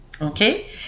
Okay